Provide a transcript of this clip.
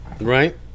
right